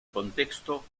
contexto